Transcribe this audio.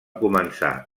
començar